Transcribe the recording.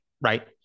right